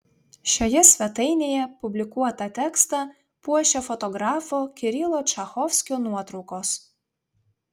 šioje svetainėje publikuotą tekstą puošia fotografo kirilo čachovskio nuotraukos